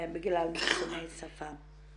בגלל מחסומי שפה.